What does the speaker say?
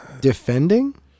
Defending